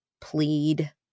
plead